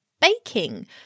baking